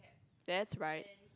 that's right